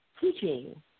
teaching